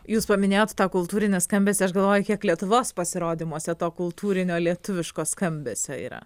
jūs paminėjot tą kultūrinį skambesį aš galvoju kiek lietuvos pasirodymuose to kultūrinio lietuviško skambesio yra